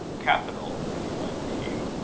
capital! exclaimed hugh.